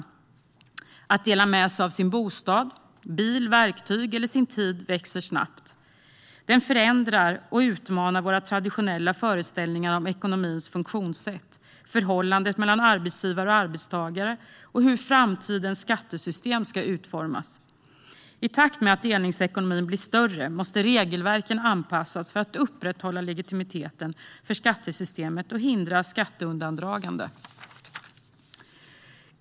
Viljan att dela med sig av sin bostad eller bil, sina verktyg eller sin tid växer snabbt. Delningsekonomin förändrar och utmanar våra traditionella föreställningar om ekonomins funktionssätt, förhållandet mellan arbetsgivare och arbetstagare och hur framtidens skattesystem ska utformas. I takt med att delningsekonomin blir större måste regelverken anpassas för att upprätthålla legitimiteten för skattesystemet och hindra skatteundandragande.